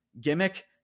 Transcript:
gimmick